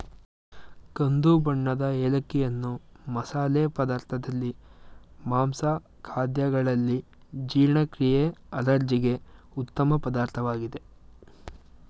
ಕಂದು ಬಣ್ಣದ ಏಲಕ್ಕಿಯನ್ನು ಮಸಾಲೆ ಪದಾರ್ಥದಲ್ಲಿ, ಮಾಂಸ ಖಾದ್ಯಗಳಲ್ಲಿ, ಜೀರ್ಣಕ್ರಿಯೆ ಅಲರ್ಜಿಗೆ ಉತ್ತಮ ಪದಾರ್ಥವಾಗಿದೆ